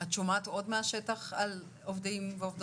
את שומעת עוד מהשטח על עובדות ועובדים